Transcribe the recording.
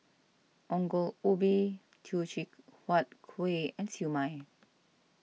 Ongol Ubi Teochew Huat Kuih and Siew Mai